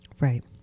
Right